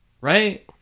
right